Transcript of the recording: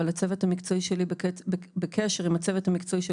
אבל הצוות המקצועי שלי בקשר עם הצוות המקצועי של